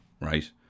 Right